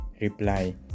reply